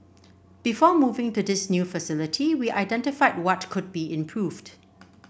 before moving to this new facility we identified what could be improved